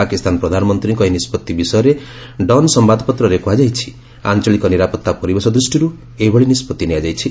ପାକିସ୍ତାନ ପ୍ରଧାନମନ୍ତ୍ରୀଙ୍କ ଏହି ନିଷ୍ପତ୍ତି ବିଷୟରେ ଡନ୍ ସମ୍ଭାଦପତ୍ରରେ କୁହାଯାଇଛି ଆଞ୍ଚଳିକ ନିରାପତ୍ତା ପରିବେଶ ଦୃଷ୍ଟିରୁ ଏଭଳି ନିଷ୍କଭି ନିଆଯାଇଛି